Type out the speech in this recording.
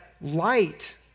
light